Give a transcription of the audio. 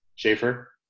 Schaefer